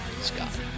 Scott